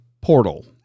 portal